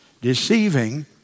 Deceiving